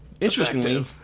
interestingly